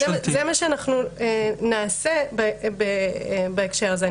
זה מה שאנחנו נעשה בהקשר הזה.